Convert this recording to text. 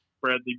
bradley